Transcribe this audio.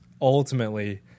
ultimately